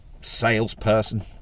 salesperson